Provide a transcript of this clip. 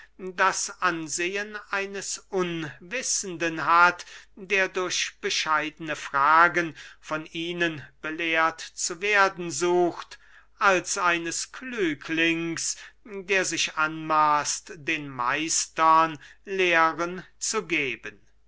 das ansehen eines unwissenden hat der durch bescheidene fragen von ihnen belehrt zu werden sucht als eines klüglings der sich anmaßt den meistern lehren zu geben